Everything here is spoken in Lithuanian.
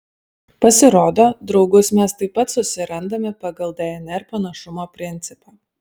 pasirodo draugus mes taip pat susirandame pagal dnr panašumo principą